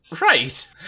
Right